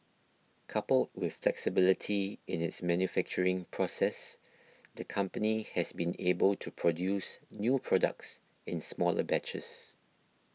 coupled with flexibility in its manufacturing process the company has been able to produce new products in smaller batches